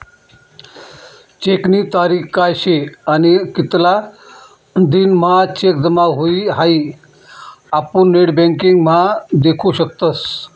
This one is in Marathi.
चेकनी तारीख काय शे आणि कितला दिन म्हां चेक जमा हुई हाई आपुन नेटबँकिंग म्हा देखु शकतस